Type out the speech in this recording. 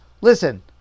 Listen